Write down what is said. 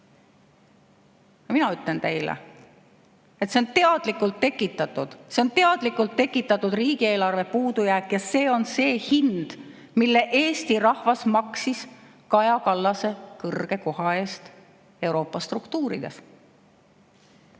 teadlikult tekitatud. See on teadlikult tekitatud riigieelarve puudujääk ja see on see hind, mida Eesti rahvas maksis Kaja Kallase kõrge koha eest Euroopa struktuurides.